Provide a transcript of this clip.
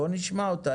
בואו נשמע אותה,